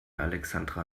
alexandra